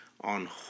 on